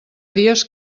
dies